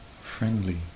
friendly